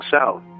south